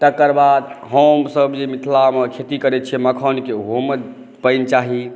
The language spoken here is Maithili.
तकर बाद हमसभ जे मिथिलामे खेती करै छिए मखानके ओहोमे पानि चाही